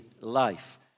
life